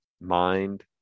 mind